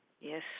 Yes